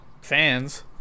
fans